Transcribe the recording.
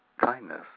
kindness